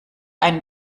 einen